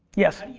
yes.